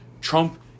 Trump